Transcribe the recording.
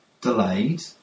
delayed